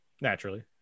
Naturally